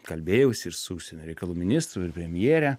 kalbėjausi ir su užsienio reikalų ministru ir premjere